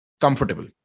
comfortable